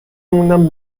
موندم